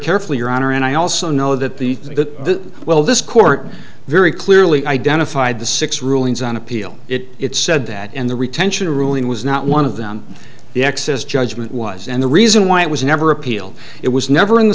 carefully your honor and i also know that the the well this court very clearly identified the six rulings on appeal it said that and the retention ruling was not one of them the excess judgment was and the reason why it was never appealed it was never in the